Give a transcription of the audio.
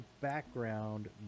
background